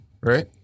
right